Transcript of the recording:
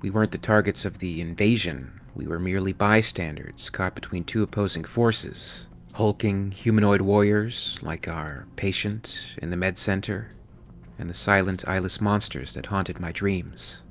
we weren't the targets of the invasion. we were merely bystanders, caught between two opposes forces hulking humanoid warriors, like our patient in the medcenter, and the silent, eyeless monsters that haunted my dreams.